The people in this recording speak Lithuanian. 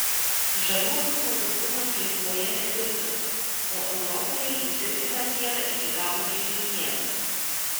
žaliuokių nuodingumas lietuvoje netirtas o europoje jis irgi dar nėra iki galo ištyrinėtas